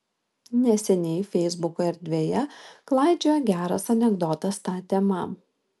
neseniai feisbuko erdvėje klaidžiojo geras anekdotas ta tema